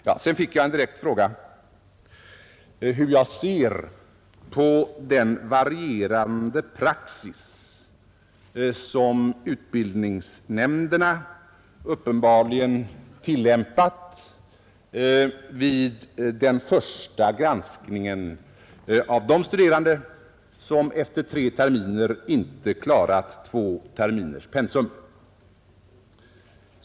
Jag fick en direkt fråga om hur jag ser på den varierande praxis som utbildningsnämnderna uppenbarligen tillämpat vid den första granskningen av de studerande som efter tre terminer inte klarat två terminers pensum.